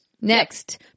Next